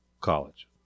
college